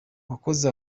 wakoze